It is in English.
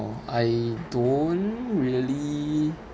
I don't really